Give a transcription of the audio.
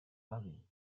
parie